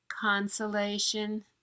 consolation